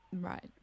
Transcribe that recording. Right